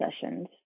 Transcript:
sessions